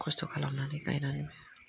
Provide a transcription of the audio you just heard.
खस्थ' खालामनानै गायनानैबो